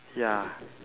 ya